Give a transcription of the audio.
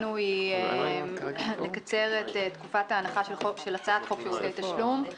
שלנו היא לקצר את תקופת ההנחה של הצעת חוק שירותי תשלום.